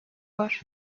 var